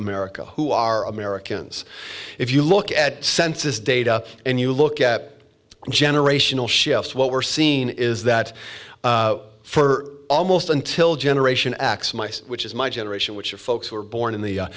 america who are americans if you look at census data and you look at generational shift what we're seeing is that for almost until generation x mice which is my generation which are folks who were born in the